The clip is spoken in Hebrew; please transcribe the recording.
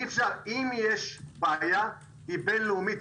אם יש בעיה היא בינלאומית.